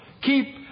keep